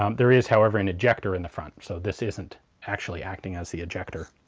um there is however an ejector in the front, so this isn't actually acting as the ejector.